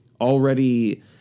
already